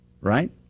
Right